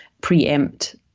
preempt